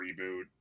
reboot